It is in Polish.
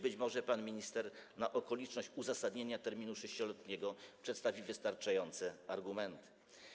Być może pan minister na okoliczność uzasadnienia terminu 6-letniego przedstawi wystarczające argumenty.